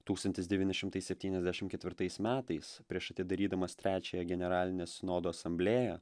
tūkstantis devyni šimtai septyniasdešimt ketvirtais metais prieš atidarydamas trečiąją generalinę sinodo asamblėją